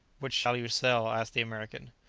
which shall you sell? asked the american.